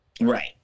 Right